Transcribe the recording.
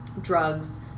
drugs